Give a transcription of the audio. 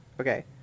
okay